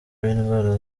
w’indwara